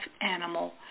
animal